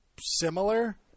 Similar